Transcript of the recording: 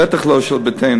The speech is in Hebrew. בטח לא של ביתנו.